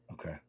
Okay